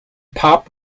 pop